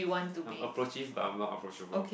I'm approachieve but I'm not approachable